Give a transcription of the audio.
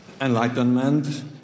enlightenment